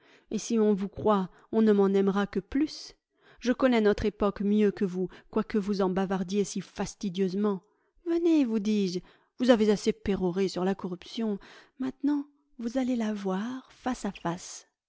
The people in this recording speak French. et si on vous croit on ne m'en aimera que plus je connais notre époque mieux que vous quoique vous en bavardiez si fastidieusement venez vous dis-je vous avez assez péroré sur la corruption maintenant vous allez la voir face à face